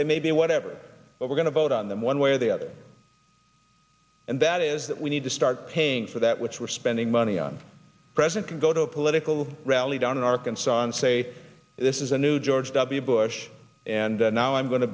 they may be whatever but we're going to vote on them one way or the other and that is that we need to start paying for that which we're spending money on a president can go to a political rally down in arkansas and say this is a new george w bush and now i'm going to